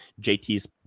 JT's